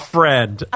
friend